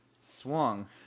Swung